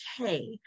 okay